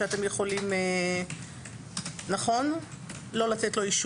שלימד בו אנו גם מתכוונים שאתם יכולים לא לתת לו אישור?